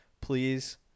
please